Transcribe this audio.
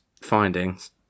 findings